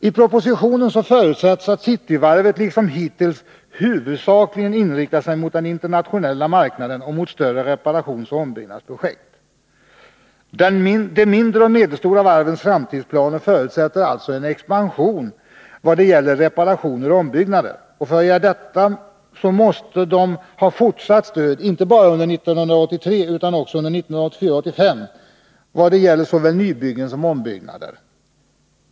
I propositionen förutsätts att Cityvarvet, liksom hittills, huvudsakligen inriktar sig mot den internationella marknaden och mot större reparationsoch ombyggnadsprojekt. De mindre och medelstora varvens framtid förutsätter alltså en expansion i vad gäller reparationer och ombyggnader. För att möjliggöra en sådan måste de ha fortsatt stöd, inte bara under 1983 utan också under 1984 och 1985 och för såväl nybyggen som ombyggnader.